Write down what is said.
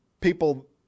People